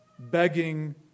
Begging